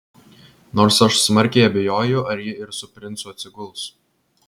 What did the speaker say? nors aš smarkiai abejoju ar ji ir su princu atsiguls